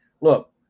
look